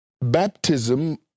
baptism